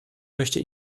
möchte